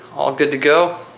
all good to go.